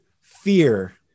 fear